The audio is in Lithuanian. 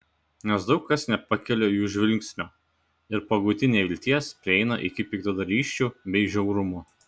nes daug kas nepakelia jų žvilgsnio ir pagauti nevilties prieina iki piktadarysčių bei žiaurumo